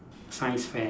science fair